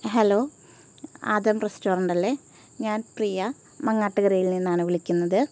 hello Adam റസ്റ്റോററ്റല്ലേ ഞാൻ പ്രിയ മങ്ങാട്ടുകരയിൽ നിന്നാണ് വിളിക്കുന്നത്